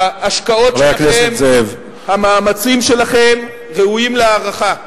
ההשקעות שלכם, המאמצים שלכם ראויים להערכה.